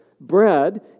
Bread